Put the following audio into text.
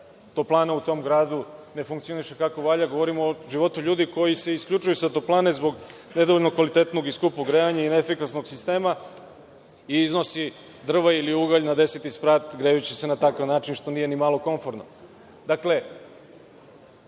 toplane u tom gradu ne funkcionišu kako valja, govorimo o životu ljudi koji se isključuju sa toplane zbog nedovoljno kvalitetnog i skupog grejanja i neefikasnog sistema i iznose drva ili ugalj na deseti sprat grejući se na takav način što nije ni malo konforno. Način